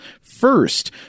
First